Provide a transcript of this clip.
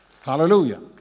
Hallelujah